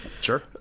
Sure